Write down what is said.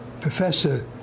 professor